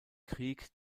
krieg